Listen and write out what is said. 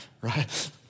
right